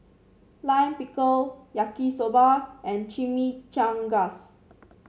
Lime Pickle Yaki Soba and Chimichangas